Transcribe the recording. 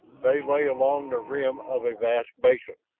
they lay along the rim of a vast basin,